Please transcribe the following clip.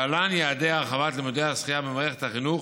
להלן יעדי הרחבת לימודי השחייה במערכת החינוך,